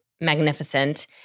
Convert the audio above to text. Magnificent